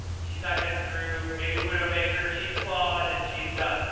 she's not getting through. maybe widowmaker. she's clawed and she's done.